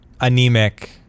Anemic